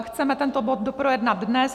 Chceme tento bod doprojednat dnes.